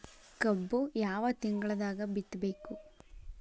ಕಬ್ಬು ಯಾವ ತಿಂಗಳದಾಗ ಬಿತ್ತಬೇಕು?